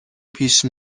پیش